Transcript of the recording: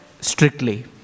strictly